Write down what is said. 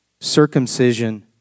circumcision